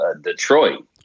Detroit